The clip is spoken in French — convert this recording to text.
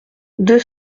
deux